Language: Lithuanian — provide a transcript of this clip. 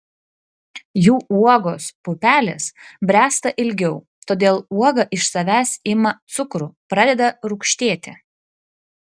jų uogos pupelės bręsta ilgiau todėl uoga iš savęs ima cukrų pradeda rūgštėti